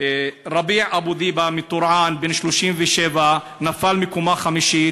רביע אבו דיבה מטורעאן, בן 37, נפל מקומה חמישית.